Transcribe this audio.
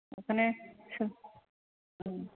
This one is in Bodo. बेखौनो